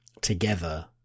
together